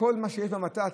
מה שיש במת"צ,